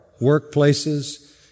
workplaces